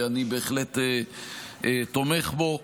ואני בהחלט תומך בו.